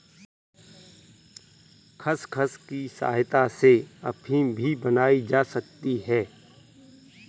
खसखस की सहायता से अफीम भी बनाई जा सकती है